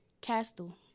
Castle